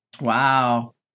Wow